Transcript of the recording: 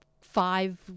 five